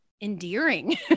endearing